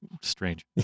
strange